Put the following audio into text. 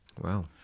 Wow